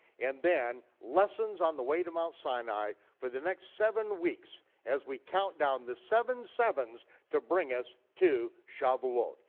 and then lessons on the way to mount sinai for the next seven weeks as we count down the seven sevens to bring us to shavuot.